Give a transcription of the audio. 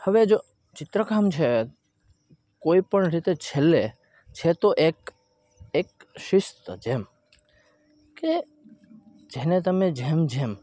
હવે જો ચિત્રકામ છે કોઈપણ રીતે છેલ્લે છે તો એક એક શિસ્ત જેમ કે જેને તમે જેમ જેમ